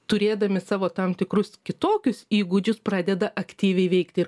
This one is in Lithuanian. turėdami savo tam tikrus kitokius įgūdžius pradeda aktyviai veikti ir